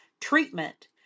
treatment